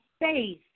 faith